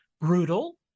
brutal